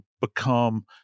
become